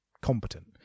competent